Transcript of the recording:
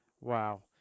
Wow